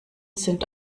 sind